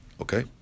Okay